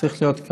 צריכים להיות,